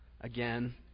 again